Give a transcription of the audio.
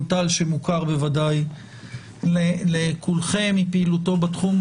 טל שמוכר בוודאי לכולכם מפעילותו בתחום,